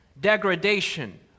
degradation